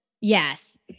Yes